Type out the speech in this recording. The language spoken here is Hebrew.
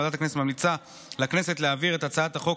ועדת הכנסת ממליצה לכנסת להעביר את הצעת החוק